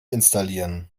installieren